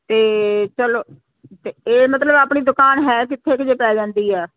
ਅਤੇ ਚਲੋ ਅਤੇ ਇਹ ਮਤਲਬ ਆਪਣੀ ਦੁਕਾਨ ਹੈ ਕਿੱਥੇ ਕੁ ਜੇ ਪੈ ਜਾਂਦੀ ਆ